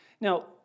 Now